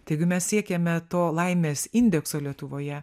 tai jeigu mes siekiame to laimės indekso lietuvoje